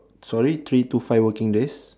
sorry three to five working days